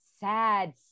sad